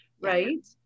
Right